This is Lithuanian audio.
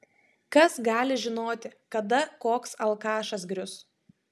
kas gali žinoti kada koks alkašas grius